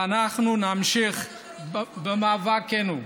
ואנחנו נמשיך במאבקנו.